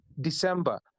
December